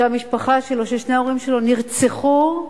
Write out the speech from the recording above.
ששני ההורים שלו נרצחו,